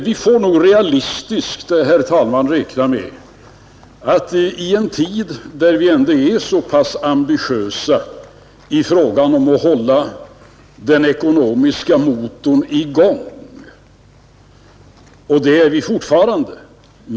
Vi har varit ambitiösa när det gäller att hålla den ekonomiska motorn i gång, och det är vi fortfarande.